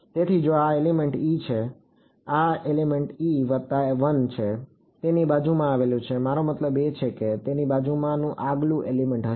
તેથી જો આ એલિમેન્ટ e છે આ એલિમેન્ટ e વત્તા 1 છે તેની બાજુમાં આવેલું છે મારો મતલબ તેની બાજુમાંનું આગલું એલિમેન્ટ હશે